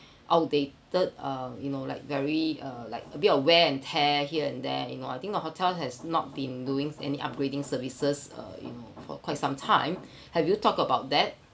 outdated um you know like very uh like a bit of wear and tear here and there you know I think your hotel has not been doing any upgrading services uh in for quite some time have you thought about that